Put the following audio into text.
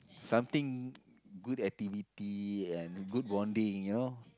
something good activity and good bonding you know